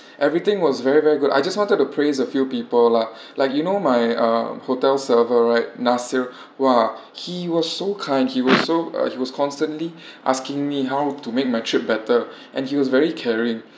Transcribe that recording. everything was very very good I just wanted to praise a few people lah like you know my uh hotel server right nasir !wah! he was so kind he was so uh he was constantly asking me how to make my trip better and he was very caring